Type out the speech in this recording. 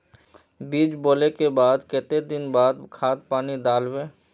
बीज बोले के बाद केते दिन बाद खाद पानी दाल वे?